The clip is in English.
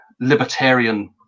libertarian